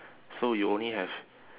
so you only have